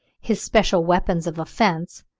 his special weapons of offence,